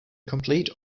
complete